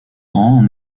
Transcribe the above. rend